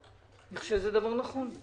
אני חושב שזה דבר נכון.